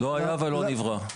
לא היה ולא נברא.